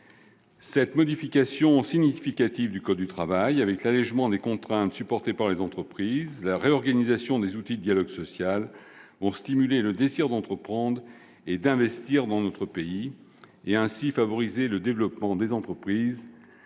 Cette modification significative du code du travail, en allégeant les contraintes supportées par les entreprises et en réorganisant les outils du dialogue social, stimulera le désir d'entreprendre et d'investir dans notre pays, et favorisera ainsi le développement des entreprises,